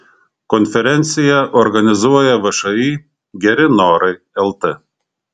konferenciją organizuoja všį geri norai lt